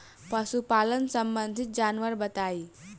पशुपालन सबंधी जानकारी बताई?